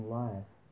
life